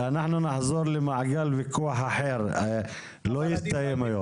אנחנו נחזור לוויכוח אחר שלא יסתיים היום.